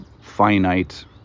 finite